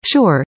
Sure